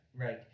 Right